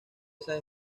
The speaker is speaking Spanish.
esas